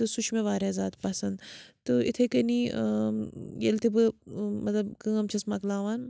تہٕ سُہ چھُ واریاہ زیادٕ پَسَنٛد تہٕ یِتھَے کَنی ییٚلہِ تہِ بہٕ مطلب کٲم چھَس مَکلاوان